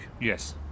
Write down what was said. Yes